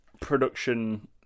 production